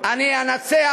אני אנצח.